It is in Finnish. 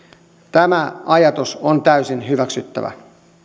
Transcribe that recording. tämä ajatus on täysin hyväksyttävä